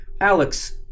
Alex